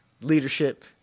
leadership